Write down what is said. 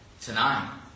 tonight